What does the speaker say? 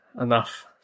enough